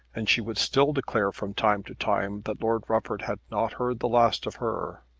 and she would still declare from time to time that lord rufford had not heard the last of her.